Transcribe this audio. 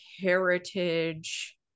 heritage